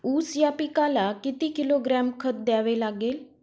ऊस या पिकाला किती किलोग्रॅम खत द्यावे लागेल?